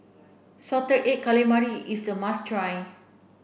salted egg calamari is a must try